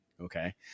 Okay